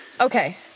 Okay